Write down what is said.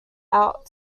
out